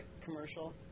commercial